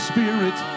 Spirit